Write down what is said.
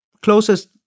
closest